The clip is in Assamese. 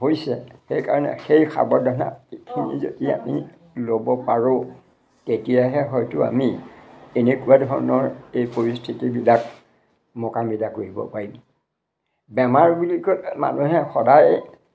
হৈছে সেইকাৰণে সেই সাৱধান এইখিনি যদি আমি ল'ব পাৰোঁ তেতিয়াহে হয়টো আমি এনেকুৱা ধৰণৰ এই পৰিস্থিতিবিলাক মোকাবিলা কৰিব পাৰিম বেমাৰ বুলি ক'লে মানুহে সদায়